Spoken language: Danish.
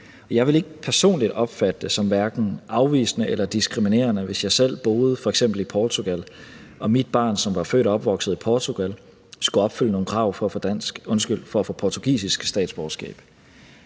Jeg ville ikke personligt opfatte det som hverken afvisende eller diskriminerende, hvis jeg selv boede f.eks. i Portugal og mit barn, som var født og opvokset i Portugal, skulle opfylde nogle krav for at få portugisisk statsborgerskab.